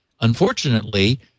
Unfortunately